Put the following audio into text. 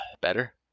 better